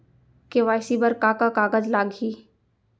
KYC बर का का कागज लागही?